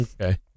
Okay